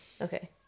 okay